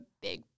big